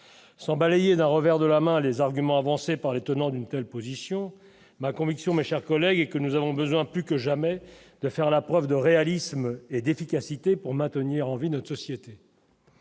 sans balayé d'un revers de la main les arguments avancés par les tenants d'une telle position, ma conviction, mes chers collègues, que nous avons besoin, plus que jamais de faire la preuve de réalisme et d'efficacité pour maintenir en vie, notre société.